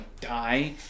die